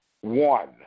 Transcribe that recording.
one